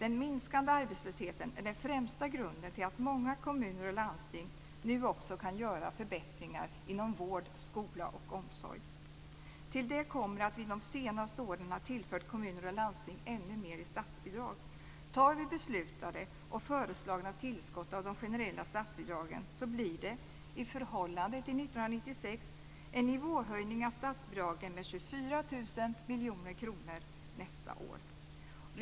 Den minskande arbetslösheten är den främsta grunden till att många kommuner och landsting nu också kan göra förbättringar inom vård, skola och omsorg. Till det kommer att vi de senaste åren har tillfört kommuner och landsting ännu mer i statsbidrag. Tar vi beslutade och föreslagna tillskott av de generella statsbidragen blir det, i förhållande till 1996, en nivåhöjning av statsbidragen med 24 000 miljoner kronor nästa år.